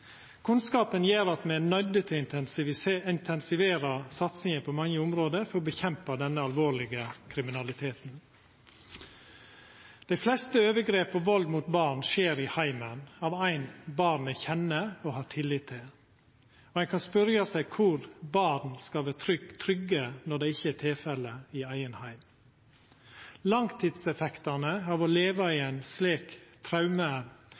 kunnskapen gjer at me er nøydde til å intensivera satsinga på mange område for å kjempa mot denne alvorlege kriminaliteten. Dei fleste overgrep og vald mot barn skjer i heimen, av ein som barnet kjenner og har tillit til. Ein kan spørja seg kor barn skal vera trygge, når det ikkje er tilfelle i eigen heim. Langtidseffektane av å leva i